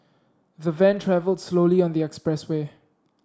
the van travelled slowly on the expressway